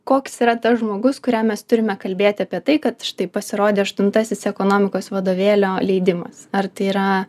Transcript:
koks yra tas žmogus kuriam mes turime kalbėti apie tai kad štai pasirodė aštuntasis ekonomikos vadovėlio leidimas ar tai yra